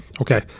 Okay